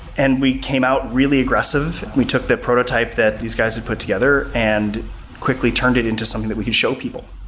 and we came out really aggressive and we took the prototype that these guys had put together and quickly turned it into something that we could show people.